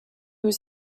was